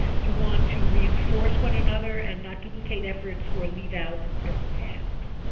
you want to reinforce one another and not duplicate efforts or leave out important tasks.